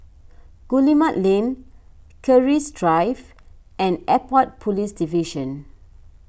Guillemard Lane Keris Drive and Airport Police Division